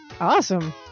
Awesome